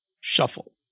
shuffle